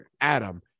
Adam